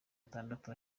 atandatu